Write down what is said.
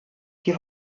die